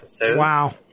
Wow